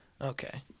Okay